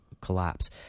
collapse